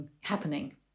happening